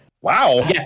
Wow